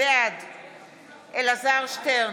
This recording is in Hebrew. בעד אלעזר שטרן,